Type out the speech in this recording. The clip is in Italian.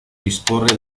disporre